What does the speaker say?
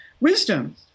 wisdom